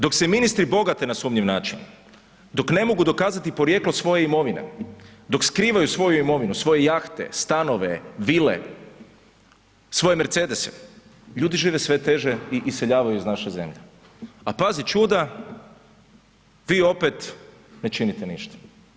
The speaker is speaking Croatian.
Dok se ministre bogate na sumnjiv, dok ne mogu dokazati porijeklo svoje imovine, dok skrivaju svoju imovinu, svoje jahte, stanove, vile, svoje Mercedese, ljudi žive sve teže i iseljavaju iz naše zemlje a pazi čuda, vi opet ne činite ništa.